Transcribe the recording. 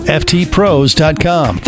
ftpros.com